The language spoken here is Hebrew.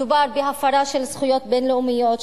מדובר בהפרה של זכויות בין-לאומיות,